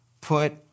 Put